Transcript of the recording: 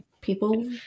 people